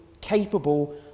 capable